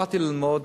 באתי ללמוד